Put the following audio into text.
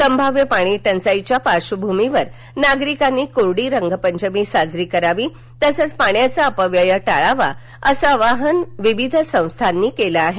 संभाव्य पाणीटंचाईच्या पार्श्वभूमीवर नागरिकांनी कोरडी रंगपंचमी साजरी करावी तसंच पाण्याचा अपव्यय टाळावा असं आवाहन विविध संस्था संघटनांनी केलं आहे